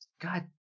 God